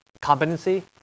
competency